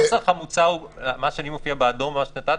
הנוסח המוצע הוא מה שמופיע באדום או מה שכתבת,